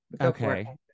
okay